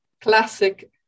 classic